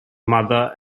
mother